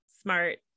Smart